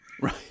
Right